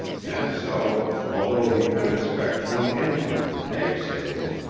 and so, although he could expect no income from egg sales,